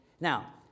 Now